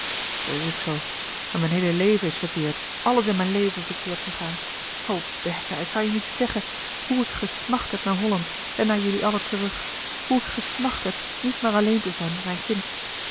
heele leven louis couperus de boeken der kleine zielen is verkeerd alles is in mijn leven verkeerd gegaan o bertha ik kan je niet zeggen hoe ik gesmacht heb naar holland en naar jullie allen terug hoe ik gesmacht heb niet meer alleen te zijn met mijn kind